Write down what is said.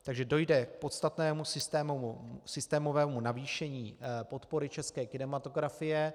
Takže dojde k podstatnému systémovému navýšení podpory české kinematografie.